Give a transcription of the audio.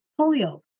polio